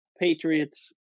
Patriots